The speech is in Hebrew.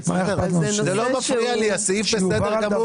זה לא מפריע לי, הסעיף בסדר גמור.